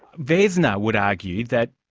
vesna would argue that,